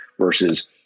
versus